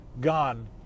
gone